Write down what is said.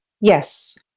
yes